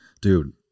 dude